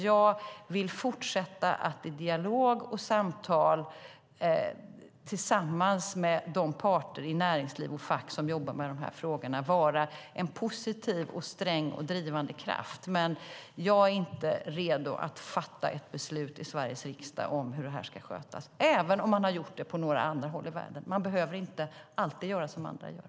Jag vill fortsätta med att i dialog och samtal tillsammans med de parter i näringsliv och fack som jobbar med de här frågorna vara en positiv, sträng och drivande kraft. Men jag är inte redo för ett beslut i Sveriges riksdag om hur det här ska skötas, även om man har gjort det på några andra håll i världen. Man behöver inte alltid göra som andra gör.